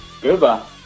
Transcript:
Goodbye